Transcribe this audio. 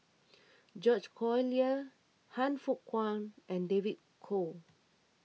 George Collyer Han Fook Kwang and David Kwo